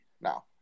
now